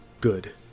Good